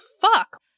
fuck